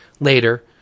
later